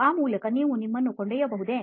ಆ ಮೂಲಕ ನೀವು ನಮ್ಮನ್ನು ಕರೆದೊಯ್ಯಬಹುದೇ